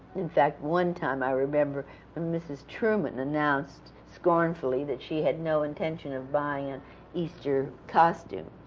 in fact, one time i remember when mrs. truman announced, scornfully, that she had no intention of buying an easter costume,